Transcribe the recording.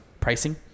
pricing